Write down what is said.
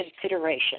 consideration